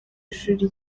ishuri